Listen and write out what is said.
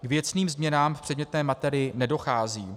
K věcným změnám v předmětné materii nedochází.